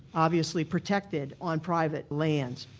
obviously, protected on private lands.